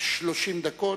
30 דקות,